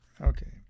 Okay